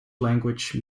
language